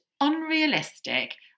unrealistic